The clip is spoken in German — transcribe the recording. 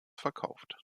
verkauft